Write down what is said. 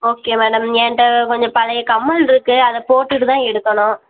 okay madam என்கிட்ட கொஞ்சம் பழைய கம்மல் இருக்குது அதை போட்டுவிட்டு தான் எடுக்கணும்